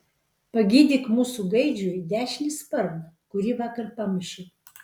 pagydyk mūsų gaidžiui dešinį sparną kurį vakar pamušiau